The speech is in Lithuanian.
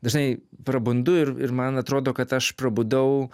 dažnai prabundu ir ir man atrodo kad aš prabudau